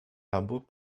hamburg